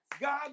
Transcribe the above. God